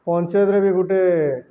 ପଞ୍ଚାୟତ୍ରେ ବି ଗୋଟେ